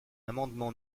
amendement